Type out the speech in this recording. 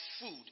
food